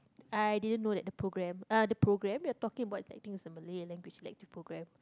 I didn't know that the program uh the program you are talking about that thing is a Malay language lecture program